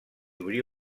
obrí